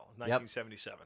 1977